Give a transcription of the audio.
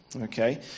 okay